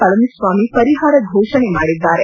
ಪಳನಿಸ್ವಾಮಿ ಪರಿಹಾರ ಘೋಷಣೆ ಮಾಡಿದ್ದಾರೆ